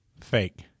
fake